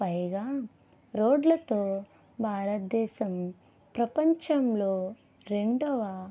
పైగా రోడ్లతో భారతదేశం ప్రపంచంలో రెండవ